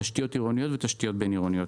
תשתיות עירוניות ותשתיות בין-עירוניות.